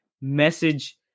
message